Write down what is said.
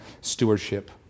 stewardship